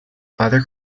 other